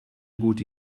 gute